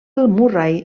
murray